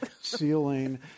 ceiling